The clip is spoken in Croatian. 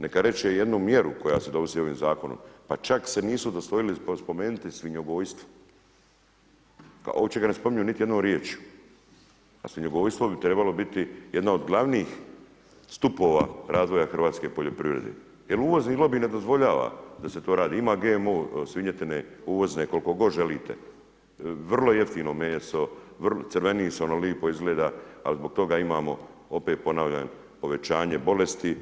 Neka reče jednu mjeru koja se donosi ovim Zakonom, pa čak se nisu udostojili spomenuti svinjogojstvo, uopće ga ne spominju niti jednom riječju, a svinjogojstvo bi trebalo biti jedna od glavnih stupova razvoja hrvatske poljoprivrede, jel uvozni lobi ne dozvoljava da se to radi, ima GM svinjetine uvozne koliko god želite, vrlo jednostavno meso, crveni se, ono lipo izgleda, ali zbog toga imamo, opet ponavljam povećanje bolesti,